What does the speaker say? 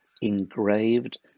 engraved